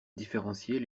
différencier